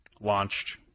launched